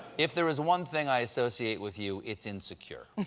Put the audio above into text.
if there is one thing i associate with you, it's insecure.